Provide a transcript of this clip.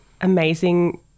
amazing